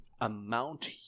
amount